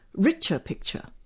richer picture.